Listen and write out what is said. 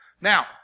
Now